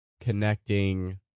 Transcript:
connecting